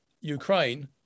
Ukraine